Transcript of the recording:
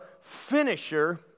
finisher